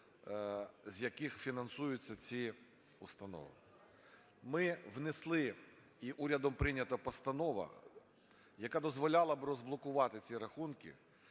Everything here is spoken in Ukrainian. з яких фінансуються ці установи. Ми внесли, і урядом прийнята постанова, яка дозволяла б розблокувати ці рахунки,